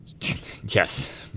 Yes